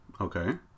Okay